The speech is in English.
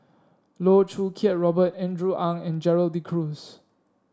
Loh Choo Kiat Robert Andrew Ang and Gerald De Cruz